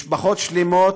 משפחות שלמות.